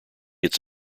its